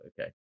Okay